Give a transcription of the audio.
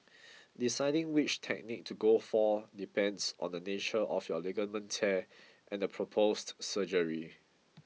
deciding which technique to go for depends on the nature of your ligament tear and the proposed surgery